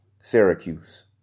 Syracuse